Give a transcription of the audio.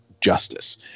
justice